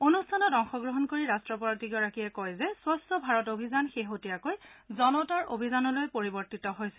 অনুষ্ঠানত অংশগ্ৰহণ কৰি ৰাট্টপতিগৰাকীয়ে কয় যে স্বছ্ ভাৰত অভিযান শেহতীয়াকৈ জনতাৰ অভিযানলৈ পৰিৱৰ্তিত হৈছে